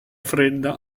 fredda